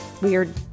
weird